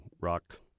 rock